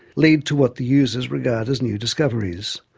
lead to what the users regard as new discoveries.